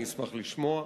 אני אשמח לשמוע.